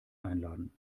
einladen